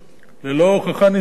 ללא הוכחה נזיקית